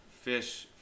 fish